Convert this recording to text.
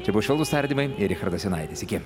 čia buvo švelnūs tardymai ir richardas jonaitis iki